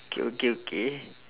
okay okay okay